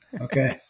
okay